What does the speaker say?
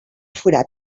forat